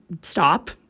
stop